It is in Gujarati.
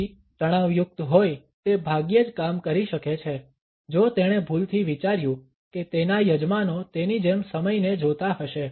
તેથી તણાવયુક્ત હોય તે ભાગ્યે જ કામ કરી શકે છે જો તેણે ભૂલથી વિચાર્યું કે તેના યજમાનો તેની જેમ સમયને જોતા હશે